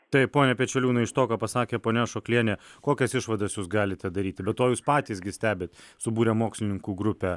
taip pone pečeliūnai iš to ką pasakė ponia ašoklienė kokias išvadas jūs galite daryti be to jūs patys gi stebit subūrė mokslininkų grupę